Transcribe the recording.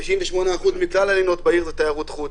58% מכלל הלינות בעיר זה תיירות חוץ.